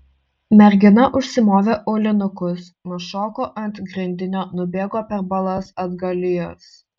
mergina užsimovė aulinukus nušoko ant grindinio nubėgo per balas atgalios